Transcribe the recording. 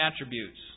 attributes